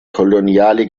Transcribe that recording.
koloniale